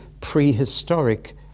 prehistoric